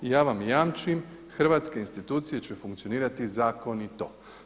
I ja vam jamčim hrvatske institucije će funkcionirati zakonito.